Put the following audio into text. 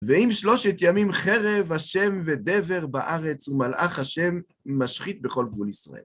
ועם שלושת ימים חרב השם ודבר בארץ, ומלאך השם משחית בכל גבול ישראל.